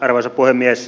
arvoisa puhemies